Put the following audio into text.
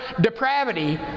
depravity